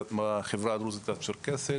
בחברה הדרוזית והצ'רקסית,